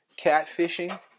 Catfishing